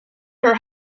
her